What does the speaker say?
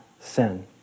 sin